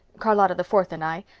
charlotta the fourth and i.